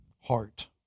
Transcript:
heart